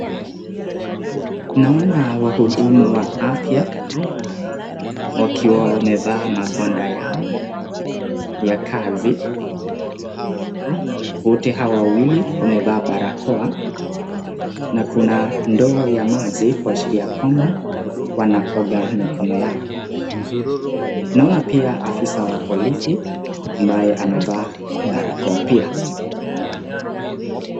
Naona wahudumu wa afya wakiwa wamevaa magwanda yao ya kazi. Wote hawa wawili wamevaa barakoa na kuna ndoo ya maji kuashiria kwamba wanaoga mikono yao. Naona pia afisa wa polisi ambaye amevaa barakoa pia.